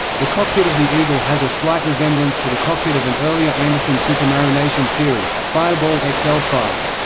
the cockpit of the eagle has a slight resemblance to the cockpit of an earlier anderson supermarionation series, fireball x l five.